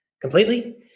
completely